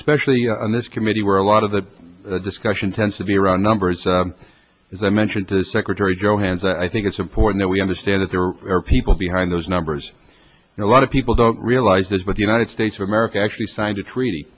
the special on this committee where a lot of the discussion tends to be around numbers as i mentioned to the secretary joe hans i think it's important we understand that there are people behind those numbers and a lot of people don't realize this but the united states of america actually signed a treaty